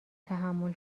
تحمل